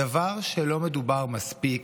הדבר שלא מדובר מספיק: